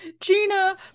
gina